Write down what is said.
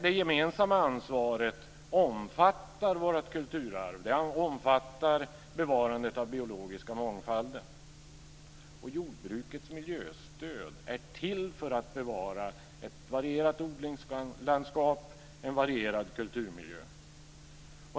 Det gemensamma ansvaret omfattar vårt kulturarv och bevarandet av den biologiska mångfalden. Jordbrukets miljöstöd är till för att bevara ett varierat odlingslandskap och en varierad kulturmiljö.